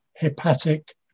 hepatic